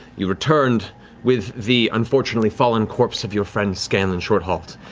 you returned with the unfortunately fallen corpse of your friend, scanlan shorthalt.